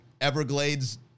Everglades